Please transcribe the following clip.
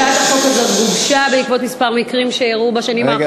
הצעת החוק הזאת גובשה בעקבות כמה מקרים שאירעו בשנים האחרונות,